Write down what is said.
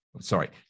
sorry